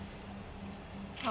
oh